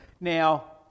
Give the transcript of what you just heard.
Now